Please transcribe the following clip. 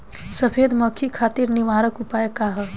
सफेद मक्खी खातिर निवारक उपाय का ह?